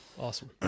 Awesome